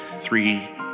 Three